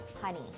honey